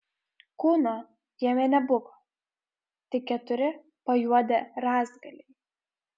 kūno jame nebuvo tik keturi pajuodę rąstgaliai